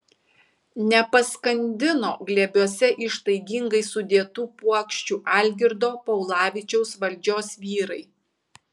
nepaskandino glėbiuose ištaigingai sudėtų puokščių algirdo paulavičiaus valdžios vyrai